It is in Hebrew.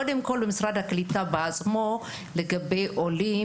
קודם כל במשרד הקליטה בעצמו לגבי עולים,